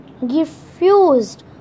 refused